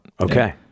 okay